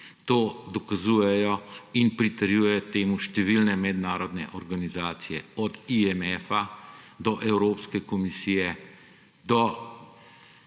to dokazujejo in pritrjujejo temu številne mednarodne organizacije od IMF do Evropske komisije, do